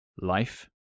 life